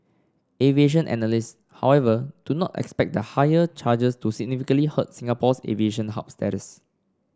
aviation analysts however do not expect the higher charges to significantly hurt Singapore's aviation hub status